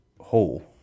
whole